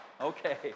okay